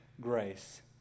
grace